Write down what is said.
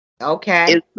Okay